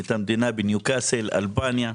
את המדינה בניוקאסל, אלבניה.